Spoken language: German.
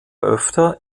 öfter